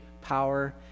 power